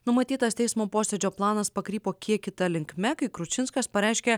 numatytas teismo posėdžio planas pakrypo kiek kita linkme kai kručinskas pareiškė